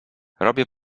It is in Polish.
robię